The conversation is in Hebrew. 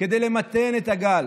כדי למתן את הגל.